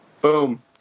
Boom